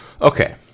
Okay